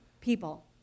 people